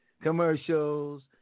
commercials